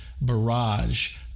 barrage